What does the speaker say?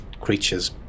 creatures